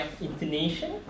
intonation